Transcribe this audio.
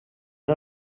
are